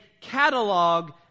catalog